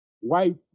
white